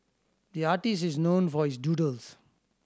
the artist is known for his doodles